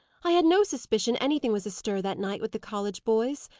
i had no suspicion anything was astir that night with the college boys.